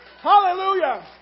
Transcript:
Hallelujah